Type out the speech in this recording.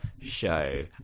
show